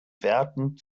werten